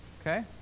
Okay